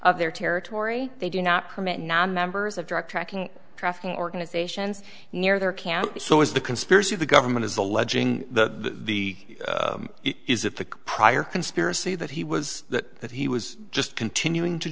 of their territory they do not permit nonmembers of drug trafficking trafficking organizations near their camp so is the conspiracy the government is alleging that the is it the prior conspiracy that he was that that he was just continuing to